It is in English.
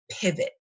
pivot